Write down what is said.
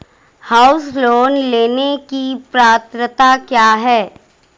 House loan लेने की पात्रता क्या है?